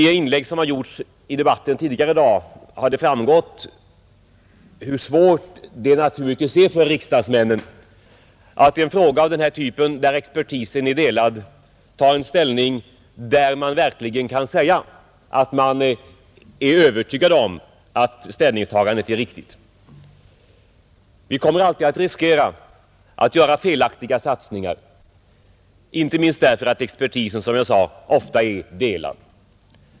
Av inlägg som gjorts tidigare i debatten i dag har det framgått hur svårt det naturligtvis är för riksdagsmännen att i en fråga av den här typen, där expertisen är delad, ta ställning så att man verkligen kan säga att man är övertygad om att ställningstagandet är riktigt. Vi kommer alltid att riskera att göra felaktiga satsningar, inte minst därför att expertisen ofta är delad.